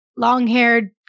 long-haired